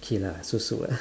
okay lah so so ah